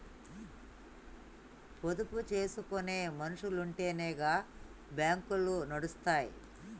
పొదుపు జేసుకునే మనుసులుంటెనే గా బాంకులు నడుస్తయ్